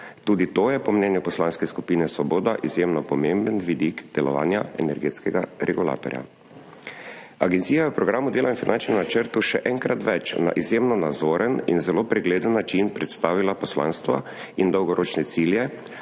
Tudi to je po mnenju Poslanske skupine Svoboda izjemno pomemben vidik delovanja energetskega regulatorja. Agencija je v programu dela in finančnem načrtu še enkrat več na izjemno nazoren in zelo pregleden način predstavila poslanstvo in dolgoročne cilje,